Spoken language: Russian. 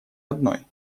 одной